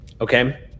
Okay